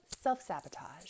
self-sabotage